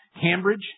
Cambridge